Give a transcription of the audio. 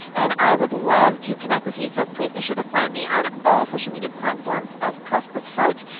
and i would love to connect with you, so please be sure to find me on all social media platforms as prosperous heart.